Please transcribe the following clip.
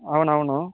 అవునవును